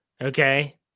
Okay